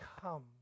come